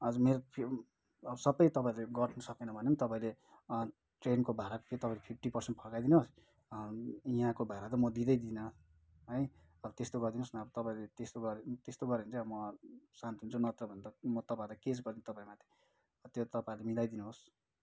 हजुर मेरो सबै तपाईँहरूले गर्नु सकेन भने पनि तपाईँले ट्रेनको भाडा चाहिँ तपाईँले फिप्टी पर्सेन्ट फर्काइदिनुहोस् यहाँको भाडा त म दिँदै दिन्न है अब त्यस्तो गरिदिनुहोस् न अब तपाईँहरूले त्यस्तो गऱ्यो त्यस्तो गऱ्यो भने चाहिँ अब म शान्त हुन्छु नत्र भने त म तपाईँहरूलाई केस गर्छु तपाईँहरूमाथि त्यो तपाईँहरूले मिलाइदिनुहोस्